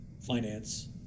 finance